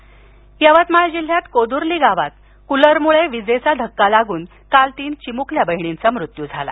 दुर्घटना यवतमाळ जिल्ह्यात कोदूर्ली गावात कूलरमुळे विजेचा धक्का लागून काल तीन चिमुकल्या बहिणींचा मृत्यू झाला